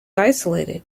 isolated